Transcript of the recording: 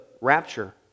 rapture